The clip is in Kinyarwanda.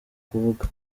kuvuga